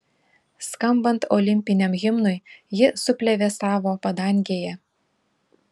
skambant olimpiniam himnui ji suplevėsavo padangėje